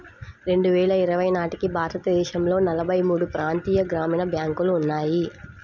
రెండు వేల ఇరవై నాటికి భారతదేశంలో నలభై మూడు ప్రాంతీయ గ్రామీణ బ్యాంకులు ఉన్నాయి